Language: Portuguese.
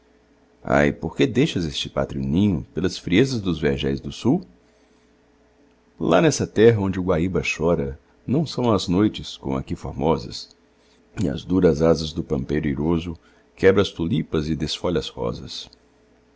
ai porque deixas este pátrio ninho pelas friezas dos vergéis do sul lá nessa terra onde o guaíba chora não são as noites como aqui formosas e as duras asas do pampeiro iroso quebra as tulipas e desfolha as rosas